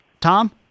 Tom